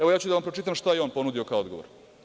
Evo, ja ću da vam pročitam šta je on ponudio kao odgovor.